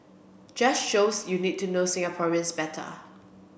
just shows you need to know Singaporeans better